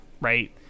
right